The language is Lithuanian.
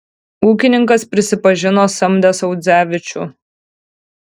ūkininkas prisipažino samdęs audzevičių